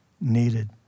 needed